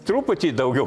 truputį daugiau